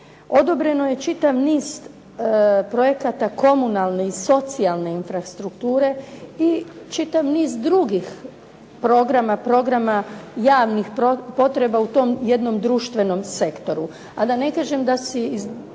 Odobreno je čitav niz projekata komunalne i socijalne infrastrukture i čitav niz drugih programa, programa javnih potreba u tom jednom društvenom sektoru,